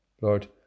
Lord